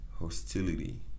hostility